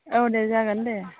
औ दे जागोन दे